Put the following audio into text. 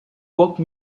woke